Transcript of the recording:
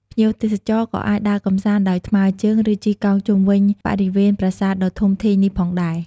ភ្ញៀវទេសចរក៏អាចដើរកម្សាន្តដោយថ្មើរជើង ឬជិះកង់ជុំវិញបរិវេណប្រាសាទដ៏ធំធេងនេះផងដែរ។